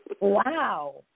Wow